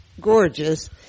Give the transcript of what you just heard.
gorgeous